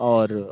और